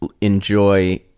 enjoy